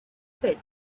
pit